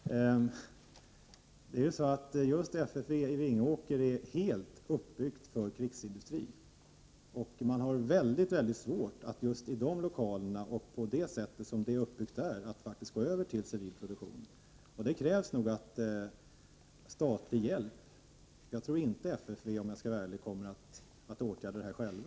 Herr talman! Nu blir det definitivt min sista replik i dag. Just FFV i Vingåker är helt uppbyggt för krigsindustri. Man har ytterst svårt att i de lokalerna och på det sätt som verksamheten där är uppbyggd gå över till civil produktion. Till det krävs nog statlig hjälp. Jag tror inte att FFV på egen hand orkar med detta.